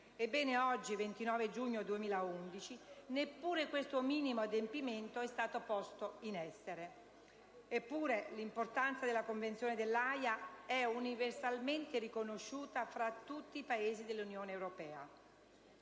oggi, 29 giugno 2011, neppure questo minimo adempimento è stato posto in essere. Eppure l'importanza della Convenzione dell'Aja è universalmente riconosciuta tra i Paesi dell'Unione europea.